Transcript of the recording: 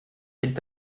blinkt